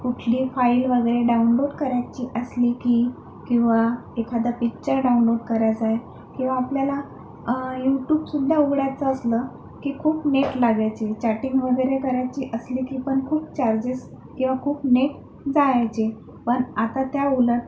कुठली फाइल वगैरे डाउनलोड करायची असली की किंवा एखादा पिक्चर डाउनलोड करायचाय किंवा आपल्याला यूट्यूबसुद्धा उघडायचं असलं की खूप नेट लागायचे चॅटिंग वगैरे करायची असली की पण खूप चार्जेस किंवा खूप नेट जायचे पण आता त्या उलट